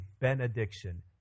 benediction